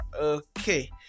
Okay